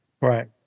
Right